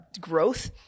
growth